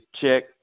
Check